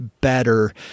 better